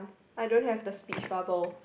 I don't have the speech bubble